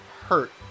hurt